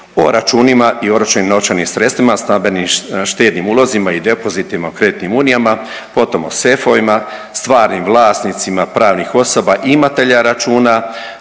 po računima i oročenim novčanim sredstvima, stambenim i štednim ulozima i depozitima o kreditnim unijama, potom o sefovima, stvarnim vlasnicima pravnih osoba imatelja računa